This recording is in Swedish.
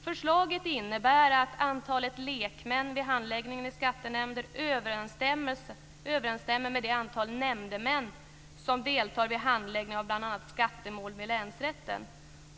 Förslaget innebär att antalet lekmän vid handläggningen i skattenämnder överensstämmer med det antal nämndemän som deltar vid handläggning av bl.a. skattemål vid länsrätten.